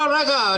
רגע.